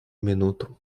минуту